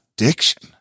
addiction